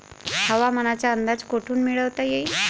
हवामानाचा अंदाज कोठून मिळवता येईन?